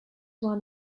one